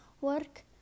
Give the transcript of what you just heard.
work